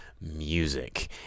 music